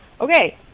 Okay